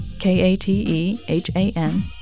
k-a-t-e-h-a-n